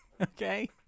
Okay